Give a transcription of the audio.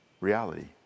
reality